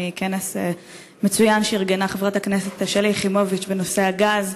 מכנס מצוין שארגנה חברת הכנסת שלי יחימוביץ בנושא הגז,